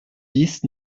dix